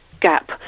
gap